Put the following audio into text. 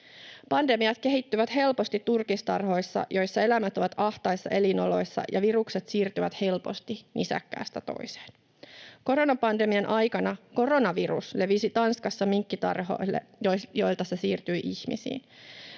Pandemiat kehittyvät helposti turkistarhoissa, joissa eläimet ovat ahtaissa elinoloissa ja virukset siirtyvät helposti nisäkkäästä toiseen. Koronapandemian aikana koronavirus levisi Tanskassa minkkitarhoille, joilta se siirtyi ihmisiin.